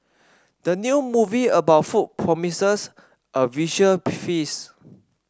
the new movie about food promises a visual feast